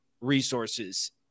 resources